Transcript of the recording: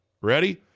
Ready